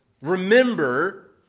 remember